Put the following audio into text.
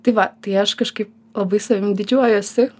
tai va tai aš kažkaip labai savim didžiuojuosi